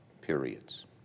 periods